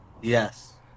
Yes